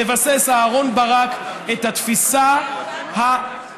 מבסס אהרן ברק את התפיסה המוגזמת,